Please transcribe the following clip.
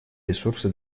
ресурсы